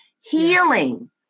healing